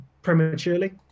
Prematurely